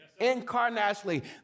incarnationally